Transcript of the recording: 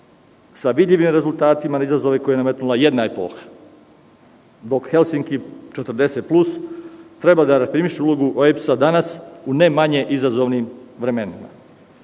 sa vidljivim rezultatima na izazove koje je nametnula jedna epoha. Zbog Helsinki 40 plus treba da redefiniše ulogu OEBS-a danas u ne manje izazovnim vremenima.